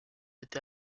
été